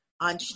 on